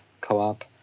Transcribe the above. co-op